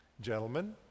gentlemen